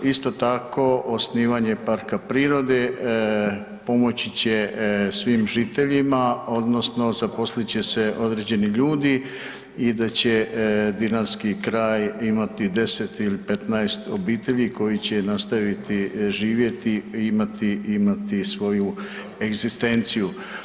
Isto tako osnivanje parka prirode pomoći će svim žiteljima odnosno zaposlit će se određeni ljudi i da će dinarski kraj imati 10 ili 15 obitelji koji će nastaviti živjeti i imati, imati svoju egzistenciju.